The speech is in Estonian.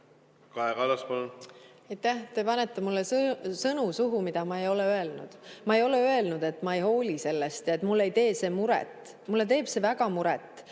Kaja Kallas, palun! Aitäh! Te panete mulle sõnu suhu, mida ma ei ole öelnud. Ma ei ole öelnud, et ma ei hooli sellest, et mulle ei tee see muret. Mulle teeb väga muret,